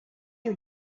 you